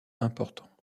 important